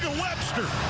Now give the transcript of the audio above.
webster!